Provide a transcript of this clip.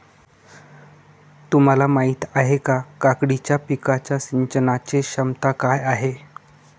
तुम्हाला माहिती आहे का, काकडीच्या पिकाच्या सिंचनाचे क्षमता काय आहे?